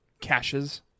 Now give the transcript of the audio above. caches